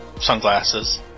sunglasses